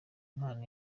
impano